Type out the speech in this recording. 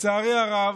לצערי הרב,